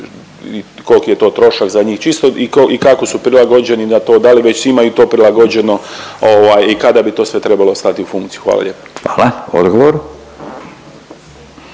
koliki je to trošak za njih čisto i kako su prilagođeni da to, da li već imaju to prilagođeno ovaj i kada bi sve to trebalo staviti u funkciju. Hvala lijepo. **Radin,